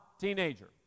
teenager